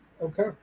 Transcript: Okay